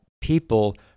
people